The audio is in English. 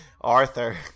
Arthur